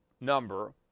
number